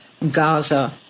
Gaza